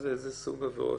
איזה סוג עבירות